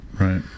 Right